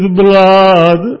blood